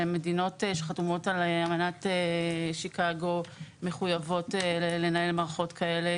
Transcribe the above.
מדינות שחתומות על אמנת שיקגו מחויבות לנהל מערכות כאלו.